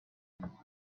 now